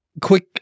Quick